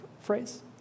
phrase